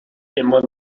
immer